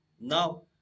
now